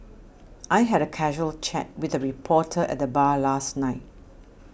I had a casual chat with a reporter at the bar last night